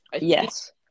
Yes